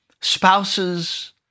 Spouses